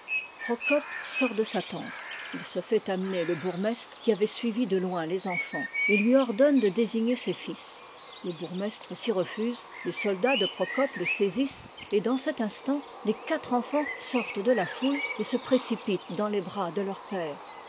procope sort de sa tente il se fait amener le bourgmestre qui avait suivi de loin les enfants et lui ordonne de désigner ses fils le bourgmestre s'y refuse les soldats de procope te saisissent et dans cet instant les quatre enfants sortent de la foule et se précipitent dans les bras de leur père